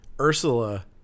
Ursula